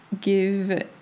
give